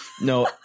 No